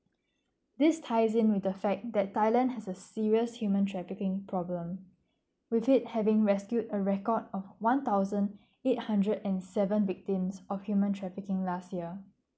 this ties in with the fact that Thailand has a serious human trafficking problem with it having rescued a record of one thousand eight hundred and seven victims of human trafficking last year